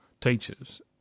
teachers